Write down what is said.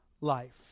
life